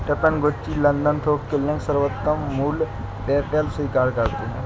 Tiffany, Gucci, London थोक के link, सर्वोत्तम मूल्य, पेपैल स्वीकार करते है